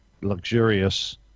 luxurious